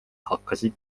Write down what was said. hakkasid